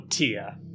Tia